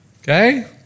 Okay